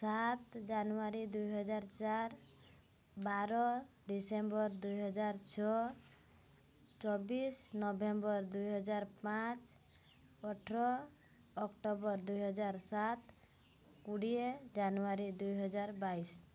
ସାତ ଜାନୁଆରୀ ଦୁଇହଜାର ଚାର ବାର ଡିସେମ୍ବର ଦୁଇହଜାର ଛଅ ଚବିଶ ନଭେମ୍ବର ଦୁଇହଜାର ପାଞ୍ଚ ଅଠର ଅକ୍ଟୋବର ଦୁଇହଜାର ସାତ କୁଡ଼ିଏ ଜାନୁଆରୀ ଦୁଇହଜାର ବାଇଶି